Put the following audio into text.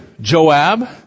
Joab